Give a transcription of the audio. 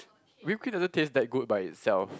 whip cream doesn't taste that good by itself